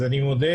אז אני מודה,